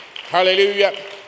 Hallelujah